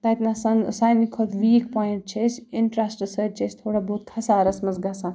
تَتہِ نَس ساروے کھۄتہٕ ویٖک پویِنٛٹ چھِ اَسہِ اِنٹرٛسٹ سۭتۍ چھِ أسۍ تھوڑا بہت خسارَس منٛز گژھان